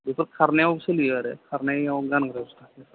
बेफोर खारनायाव सोलियो आरो खारनायाव गानग्रा जुथाफोर